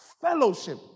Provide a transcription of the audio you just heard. fellowship